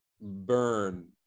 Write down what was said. Burn